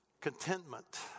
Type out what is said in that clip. Contentment